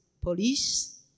police